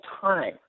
time